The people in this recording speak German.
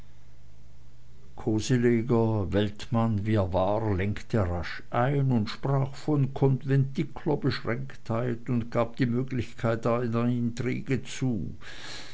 weltmann wie er war lenkte rasch ein sprach von konventiklerbeschränktheit und gab die möglichkeit einer intrige zu